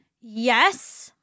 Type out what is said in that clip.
Yes